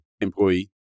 employee